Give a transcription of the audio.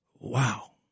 Wow